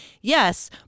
yes